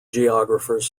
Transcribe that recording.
geographers